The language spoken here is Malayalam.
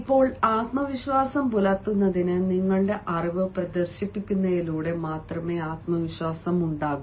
ഇപ്പോൾ ആത്മവിശ്വാസം പുലർത്തുന്നതിന് ഞങ്ങളുടെ അറിവ് പ്രദർശിപ്പിക്കുന്നതിലൂടെ മാത്രമേ ആത്മവിശ്വാസമുണ്ടാകൂ